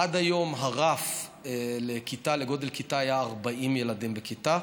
עד היום הרף לגודל כיתה היה 40 ילדים בכיתה,